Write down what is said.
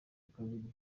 kabiri